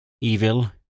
Evil